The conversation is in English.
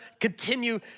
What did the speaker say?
continue